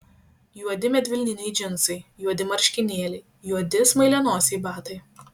juodi medvilniniai džinsai juodi marškinėliai juodi smailianosiai batai